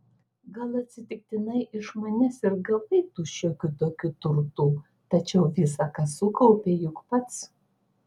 gal atsitiktinai iš manęs ir gavai tu šiokių tokių turtų tačiau visa ką sukaupei juk pats